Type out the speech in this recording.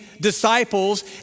disciples